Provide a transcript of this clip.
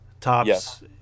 tops